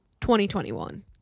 2021